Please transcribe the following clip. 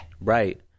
Right